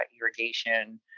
irrigation